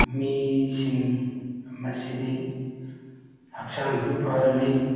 ꯃꯤꯁꯤꯡ ꯃꯁꯤꯗꯤ ꯍꯛꯆꯥꯡꯁꯨ ꯐꯍꯜꯂꯤ